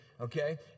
Okay